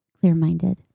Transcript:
clear-minded